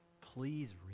please